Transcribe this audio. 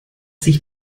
sich